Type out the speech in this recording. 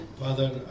Father